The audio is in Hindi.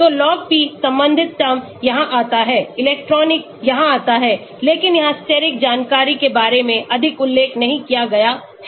तो log p संबंधित टर्म यहां आता है इलेक्ट्रॉनिक यहां आता है लेकिन यहां steric जानकारी के बारे में अधिक उल्लेख नहीं किया गया है